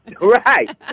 Right